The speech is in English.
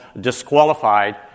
Disqualified